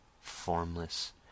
formless